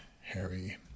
Harry